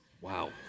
Wow